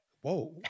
Whoa